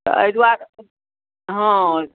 तऽ एहि दुआरे हँ